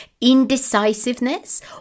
Indecisiveness